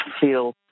feel